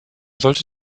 sollte